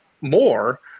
more